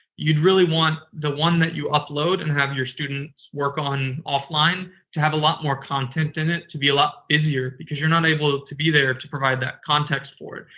you'd really want the one that you upload and have your students work on offline to have a lot more content in it, to be a lot busier, because you're not able to be there to provide that context for it.